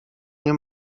nie